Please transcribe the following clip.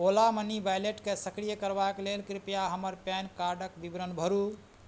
ओला money वालेटकेँ सक्रिय करबाक लेल कृपया हमर पैन कार्डके विवरण भरू